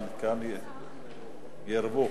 כן ירבו.